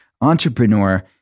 entrepreneur